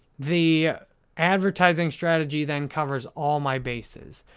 the advertising strategy then covers all my bases.